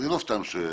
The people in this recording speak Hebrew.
אני לא סתם שואל,